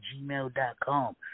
gmail.com